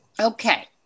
Okay